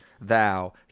thou